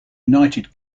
united